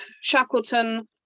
Shackleton